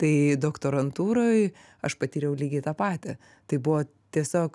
tai doktorantūroj aš patyriau lygiai tą patį tai buvo tiesiog